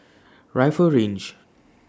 Rifle Range